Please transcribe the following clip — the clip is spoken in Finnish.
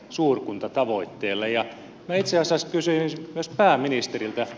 minä itse asiassa kysyisin myös pääministeriltä